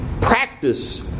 practice